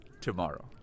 tomorrow